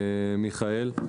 מיכאל,